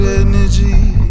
energy